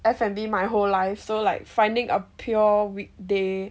F&B my whole life so like finding a pure weekday